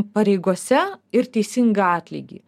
pareigose ir teisingą atlygį